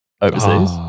overseas